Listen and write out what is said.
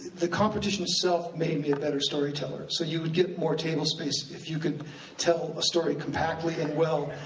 the competition itself made me a better storyteller. so you would get more table space if you could tell a story compactly and well,